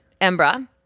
Embra